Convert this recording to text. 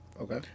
Okay